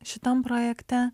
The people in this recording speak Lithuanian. šitam projekte